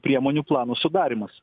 priemonių plano sudarymas